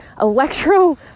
electro